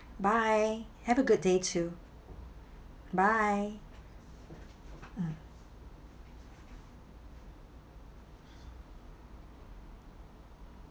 bye have a good day too bye mm